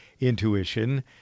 intuition